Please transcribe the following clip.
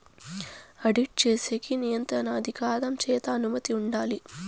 audit చేసేకి నియంత్రణ అధికారం చేత అనుమతి ఉండాలి